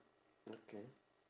okay